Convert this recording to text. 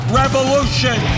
revolution